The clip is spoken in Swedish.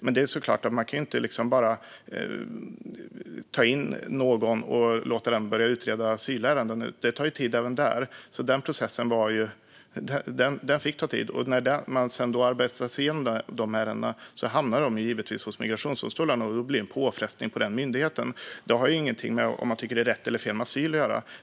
Men det är klart att man inte bara kan ta in någon och låta den börja utreda asylärenden. Det tar ju tid även där. Den processen fick alltså ta tid. När man sedan hade arbetat igenom ärendena hamnade de givetvis hos migrationsdomstolarna, och då blev det en påfrestning för den myndigheten. Detta har ju ingenting att göra med om man tycker att det är rätt eller fel med asyl.